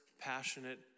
passionate